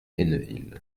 hainneville